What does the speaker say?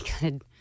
good